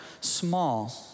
small